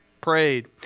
prayed